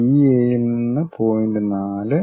ഡിഎയിൽ നിന്ന് പോയിന്റ് 4